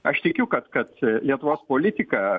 aš tikiu kad kad lietuvos politika